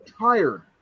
tired